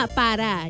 para